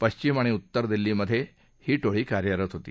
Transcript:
पश्विम आणि उत्तर दिल्लीमधे ही टोळी कार्यरत होती